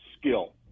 skill